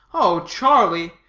oh, charlie!